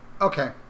Okay